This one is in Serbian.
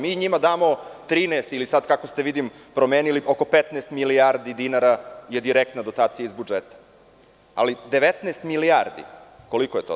Mi njima damo 13 ili, kako ste sada promenili, oko 15 milijardi dinara je direktna dotacija iz budžeta, ali 19 milijardi, koliko je to?